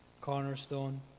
Cornerstone